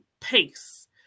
pace